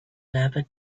never